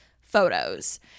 photos